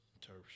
turf